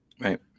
Right